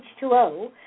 H2O